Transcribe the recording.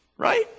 Right